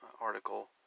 article